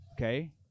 Okay